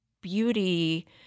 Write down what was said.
beauty